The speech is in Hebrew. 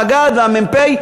המג"ד והמ"פ,